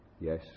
Yes